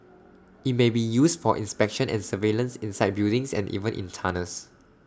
IT may be used for inspection and surveillance inside buildings and even in tunnels